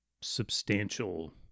substantial